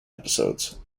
episodes